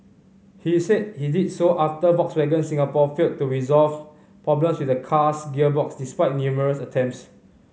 he said he did so after Volkswagen Singapore failed to resolve problems with the car's gearbox despite numerous attempts